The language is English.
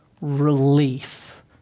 relief